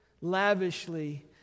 lavishly